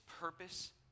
purpose